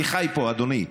אני חי פה, אדוני.